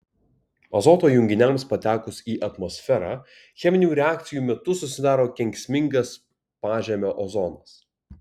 azoto junginiams patekus į atmosferą cheminių reakcijų metu susidaro kenksmingas pažemio ozonas